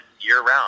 year-round